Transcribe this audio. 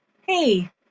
Hey